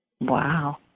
Wow